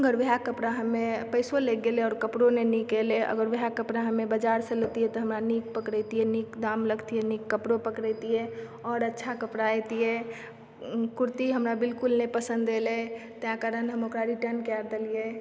अगर वएह कपड़ा हमे पैसो लागि गेलै और कपड़ो नहि नीक एलै अगर वएह कपड़ा हमे बाजार से लेतियै तऽ हमरा नीक पकड़ेतियै नीक दाम लगतै नीक कपड़ो पकड़ेतियै और अच्छा कपड़ा एतियै कुर्ती हमरा बिल्कुल नहि पसन्द एलै तै कारण हम ओकरा रिटर्न कए देलियै